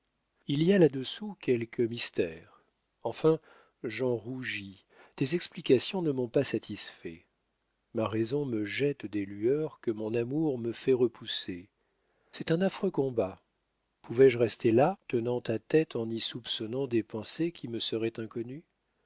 il y a là-dessous quelque mystère enfin j'en rougis tes explications ne m'ont pas satisfait ma raison me jette des lueurs que mon amour me fait repousser c'est un affreux combat pouvais-je rester là tenant ta tête en y soupçonnant des pensées qui me seraient inconnues